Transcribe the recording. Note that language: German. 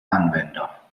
anwender